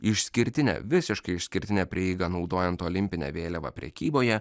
išskirtinę visiškai išskirtinę prieigą naudojant olimpinę vėliavą prekyboje